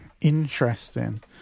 Interesting